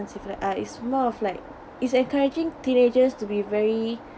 it's a secret ah is more of like is encouraging teenagers to be very